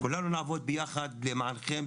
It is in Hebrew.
כולנו נעבוד ביחד למענכם,